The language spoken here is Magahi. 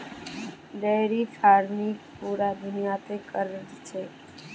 डेयरी फार्मिंग पूरा दुनियात क र छेक